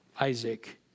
Isaac